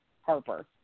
Harper